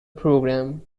program